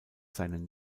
seinen